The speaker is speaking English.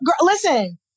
listen